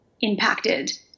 impacted